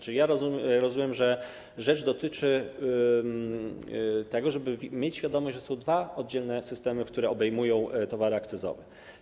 Tzn. ja rozumiem, że rzecz dotyczy tego, żeby mieć świadomość, że są dwa oddzielne systemy, które obejmują towary akcyzowe.